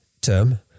term